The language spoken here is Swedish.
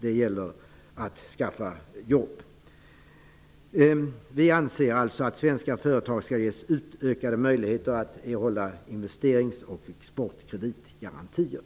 Det gäller därför att skaffa fram jobb. Vi anser alltså att svenska företag skall ges större möjligheter att erhålla investerings och exportkreditgarantier.